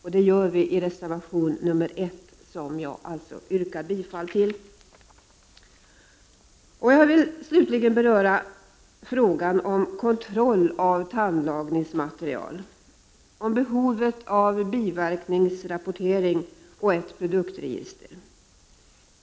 Det gör vi i reservation 1, som jag yrkar bifall till. Slutligen vill jag beröra frågan om kontroll av tandlagningsmaterial, om behovet av biverkningsrapportering och ett produktregister.